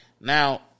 Now